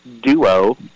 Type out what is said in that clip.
duo